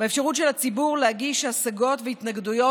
באפשרות של הציבור להגיש השגות והתנגדויות